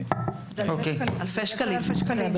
אלה אלפי שקלים.